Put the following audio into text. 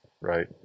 right